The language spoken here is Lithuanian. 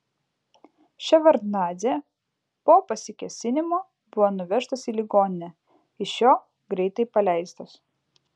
ševardnadzė po pasikėsinimo buvo nuvežtas į ligoninę iš jo greitai paleistas